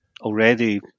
already –